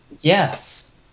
Yes